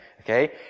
Okay